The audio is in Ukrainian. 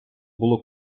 було